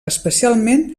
especialment